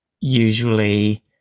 usually